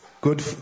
good